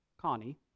Connie